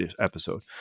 episode